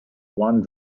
one